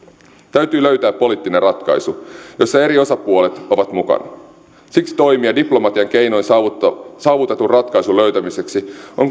täytyy löytää poliittinen ratkaisu jossa eri osapuolet ovat mukana siksi toimia diplomatian keinoin saavutetun ratkaisun löytämiseksi on